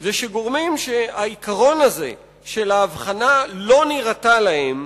זה שגורמים שהעיקרון הזה של ההבחנה לא נראה להם,